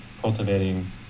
cultivating